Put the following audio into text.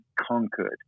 conquered